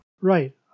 Right